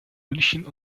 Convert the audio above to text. münchen